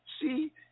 see